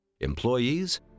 employees